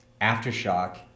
aftershock